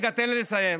רגע, תן לי לסיים.